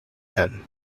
ten